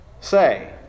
say